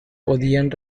podían